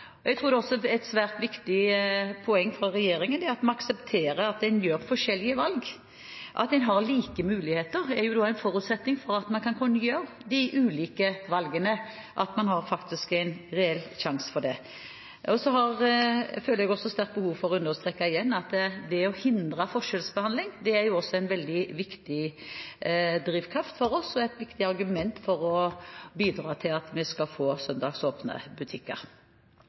Et svært viktig poeng fra regjeringen er også å akseptere at man gjør forskjellige valg. At man har like muligheter, er da en forutsetning for at man kan gjøre de ulike valgene – det at man faktisk har en reell sjanse til det. Jeg føler også sterkt behov for igjen å understreke at det å hindre forskjellsbehandling, er også en veldig viktig drivkraft og et viktig argument for å bidra til at vi skal få søndagsåpne butikker.